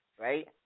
right